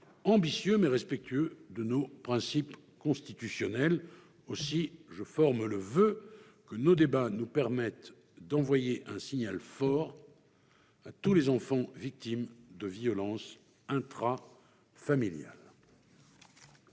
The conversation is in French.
ambitieux, mais respectueux de nos principes constitutionnels. Aussi, je forme le voeu que nos débats nous permettent d'envoyer un signal fort à tous les enfants victimes de violences intrafamiliales.